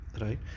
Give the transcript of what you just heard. right